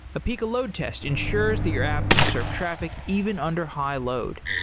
apica load test ensures that your app can serve traffic even under high load.